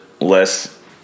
less